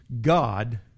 God